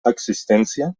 existència